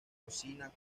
cocina